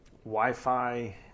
Wi-Fi